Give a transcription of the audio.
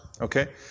okay